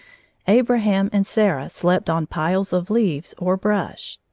abraham and sarah slept on piles of leaves or brush.